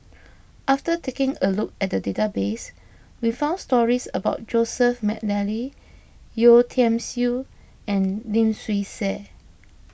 after taking a look at the database we found stories about Joseph McNally Yeo Tiam Siew and Lim Swee Say